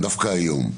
דווקא היום,